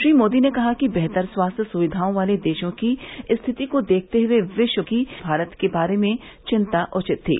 श्री मोदी ने कहा कि बेहतर स्वास्थ्य सुविधाओं वाले देशों की स्थिति को देखते हए विश्व की भारत के बारे में चिंता उचित थी